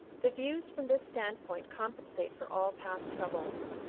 the views from this stand-point compensate for all past troubles.